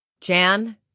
Jan